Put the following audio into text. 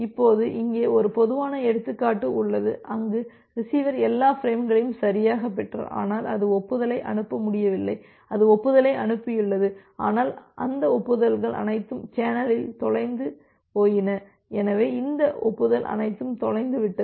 இப்போது இங்கே ஒரு பொதுவான எடுத்துக்காட்டு உள்ளது அங்கு ரிசீவர் எல்லா பிரேம்களையும் சரியாகப் பெற்றார் ஆனால் அது ஒப்புதலை அனுப்ப முடியவில்லை அது ஒப்புதலை அனுப்பியுள்ளது ஆனால் அந்த ஒப்புதல்கள் அனைத்தும் சேனலில் தொலைந்து போயின எனவே இந்த ஒப்புதல் அனைத்தும் தொலைந்து விட்டது